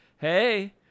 hey